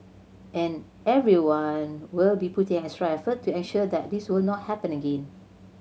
and everyone will be putting extra effort to ensure that this will not happen again